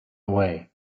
away